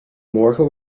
morgen